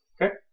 Okay